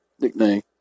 nickname